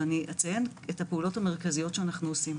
ואציין את הפעולות המרכזיות שאנו עושים.